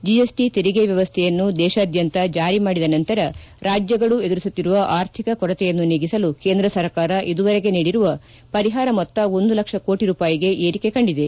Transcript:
GST ತೆರಿಗೆ ವ್ಯವಸ್ಥೆಯನ್ನು ದೇಶಾದ್ಯಂತ ಜಾರಿ ಮಾಡಿದ ನಂತರ ರಾಜ್ಯಗಳು ಎದುರಿಸುತ್ತಿರುವ ಆರ್ಥಿಕ ಕೊರತೆಯನ್ನು ನೀಗಿಸಲು ಕೇಂದ್ರ ಸರ್ಕಾರ ಇದುವರೆಗೆ ನೀಡಿರುವ ಪರಿಪಾರ ಮೊತ್ತ ಒಂದು ಲಕ್ಷ ಕೋಟಿ ರೂಪಾಯಿಗೆ ಏರಿಕೆ ಕಂಡಿದೆ